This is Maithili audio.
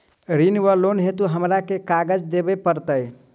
ऋण वा लोन हेतु हमरा केँ कागज देबै पड़त?